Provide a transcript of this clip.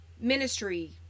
ministry